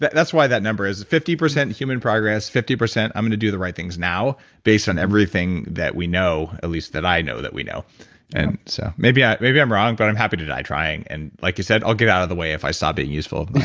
that's why that number is. fifty percent human progress, fifty percent i'm going to do the right things now, based on everything that we know, at least that i know that we know and so maybe yeah maybe i'm wrong, but i'm happy to die trying. and like you said, i'll get out of the way if i stop being useful